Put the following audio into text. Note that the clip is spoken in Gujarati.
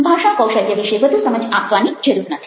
ભાષા કૌશલ્ય વિશે વધુ સમજ આપવાની જરૂર નથી